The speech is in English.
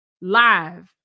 live